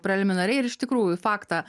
preliminariai ir iš tikrųjų faktą